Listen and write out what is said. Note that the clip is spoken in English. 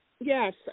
Yes